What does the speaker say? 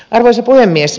arvoisa puhemies